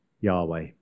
Yahweh